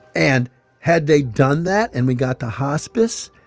and had they done that and we got the hospice,